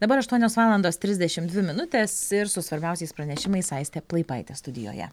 dabar aštuonios valandos trisdešimt dvi minutės ir su svarbiausiais pranešimais aistė plaipaitė studijoje